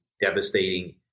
devastating